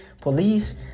police